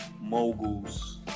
moguls